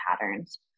patterns